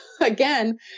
again